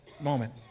moment